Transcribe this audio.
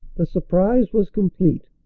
the surprise was complete,